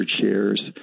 shares